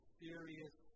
serious